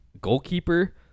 goalkeeper